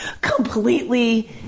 completely